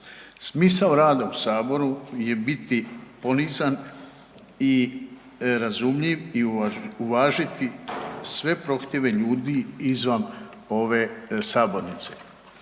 Smisao rada u Saboru je biti ponizan i razumljiv i uvažiti sve prohtjeve ljudi izvan ove sabornice.